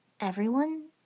Everyone